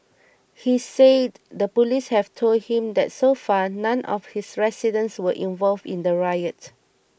he said the police have told him that so far none of his residents were involved in the riot